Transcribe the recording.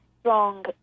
strong